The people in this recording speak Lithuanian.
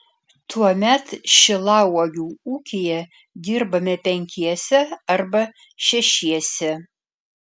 tuomet šilauogių ūkyje dirbame penkiese arba šešiese